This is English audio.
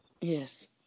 Yes